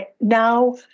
now